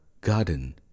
garden